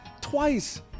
Twice